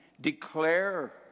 declare